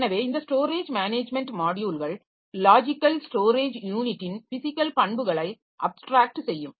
எனவே இந்த storage management மாட்யுல்கள் லாஜிக்கல் ஸ்டோரேஜ் யூனிட்டின் பிஸிக்கல் பண்புகளை அப்ஸ்ட்ரேக்ட் செய்யும்